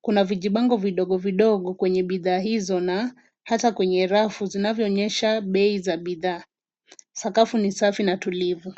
Kuna vijibango vidogovidogo kwenye bidhaa hizo na hata kwenye rafu vinavyoonyesha bei za bidhaa. Sakafu ni safi na tulivu.